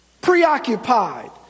preoccupied